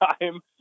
time